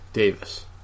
Davis